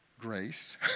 Grace